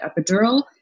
epidural